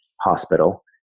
hospital